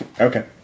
Okay